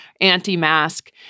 anti-mask